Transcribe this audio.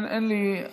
אוקיי.